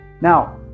Now